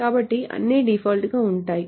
కాబట్టి అన్నీ డిఫాల్ట్గా ఉంటాయి